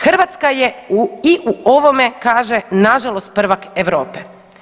Hrvatska je i u ovome, kaže, nažalost prvak Europe.